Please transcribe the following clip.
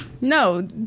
no